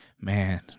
man